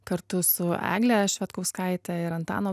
kartu su egle švedkauskaite ir antanu